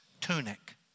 tunic